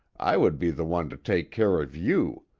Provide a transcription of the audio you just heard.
i would be the one to take care of you,